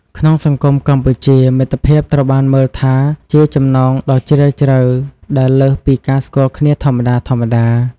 ក្នុងសង្គមកម្ពុជា មិត្តភាពត្រូវបានមើលថាជាចំណងដ៏ជ្រាលជ្រៅ ដែលលើសពីការស្គាល់គ្នាធម្មតាៗ។